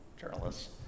journalists